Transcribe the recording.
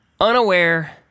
unaware